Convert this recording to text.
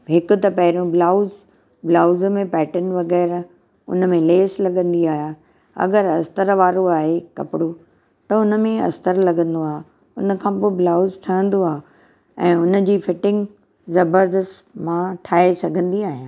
हिकु त पहिरियों ब्लाउज़ ब्लाउज़ में पैटर्न वग़ैरह उन में लेस लॻंदी आहियां अगरि अस्तर वारो आहे कपिड़ो त उन में अस्तर लॻंदो आहे उन खां पोइ ब्लाउज़ ठहंदो आहे ऐं हुन जी फिटिंग ज़बरदस्त मां ठाहे सघंदी आहियां